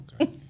okay